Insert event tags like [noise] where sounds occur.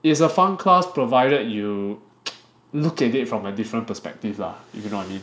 it's a fun class provided you [noise] look at it from a different perspective lah you know what I mean